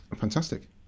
Fantastic